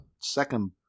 second